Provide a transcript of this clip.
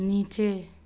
नीचे